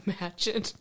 imagine